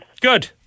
Good